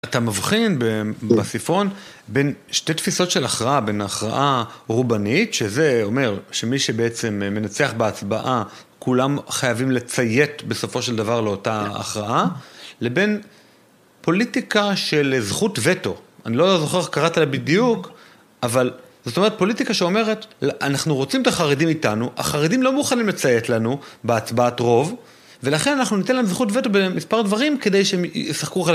אתה מבחין בספרון בין שתי תפיסות של הכרעה, בין הכרעה רובנית שזה אומר שמי שבעצם מנצח בהצבעה כולם חייבים לציית בסופו של דבר לאותה הכרעה לבין פוליטיקה של זכות וטו, אני לא זוכר איך קראתי לה בדיוק אבל זאת אומרת פוליטיקה שאומרת אנחנו רוצים את החרדים איתנו, החרדים לא מוכנים לציית לנו בהצבעת רוב ולכן אנחנו ניתן להם זכות וטו במספר דברים כדי שהם ישחקו חלק